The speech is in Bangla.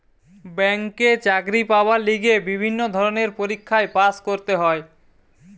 ব্যাংকে চাকরি পাবার লিগে বিভিন্ন ধরণের পরীক্ষায় পাস্ করতে হয়